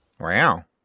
Wow